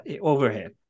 overhead